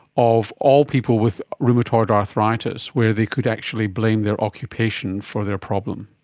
of all people with rheumatoid arthritis where they could actually blame their occupation for their problem?